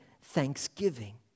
thanksgiving